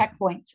checkpoints